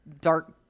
dark